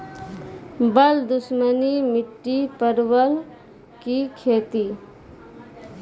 बल दुश्मनी मिट्टी परवल की खेती?